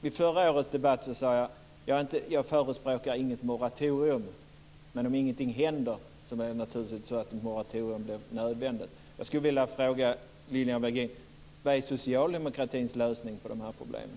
I förra årets debatt sade jag att jag inte förespråkade något moratorium, men om ingenting händer blir ett moratorium naturligtvis nödvändigt. Jag skulle vilja fråga Lilian Virgin: Vilken är socialdemokratins lösning på de här problemen?